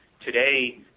today